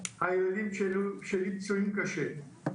שהילדים שלי פצועים קשה,